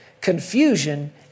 confusion